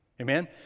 Amen